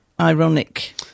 ironic